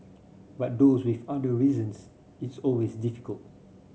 but those with under reasons it's always difficult